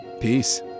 peace